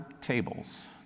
tables